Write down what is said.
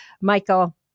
michael